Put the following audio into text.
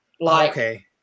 Okay